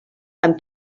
amb